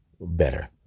better